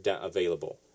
Available